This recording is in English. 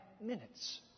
minutes